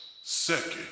Second